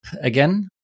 again